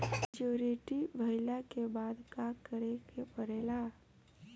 Maturity भईला के बाद का करे के पड़ेला?